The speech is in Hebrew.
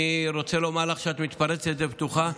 אני רוצה לומר לך שאת מתפרצת לדלת פתוחה.